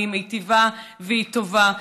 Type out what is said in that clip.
היא מיטיבה והיא טובה,